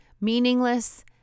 meaningless